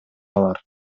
алар